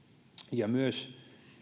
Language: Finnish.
ja myös